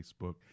Facebook